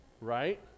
Right